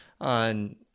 on